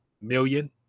million